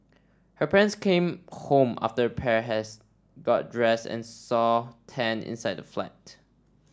her parents came home after the pair has got dressed and saw Tan inside the flat